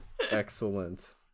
Excellent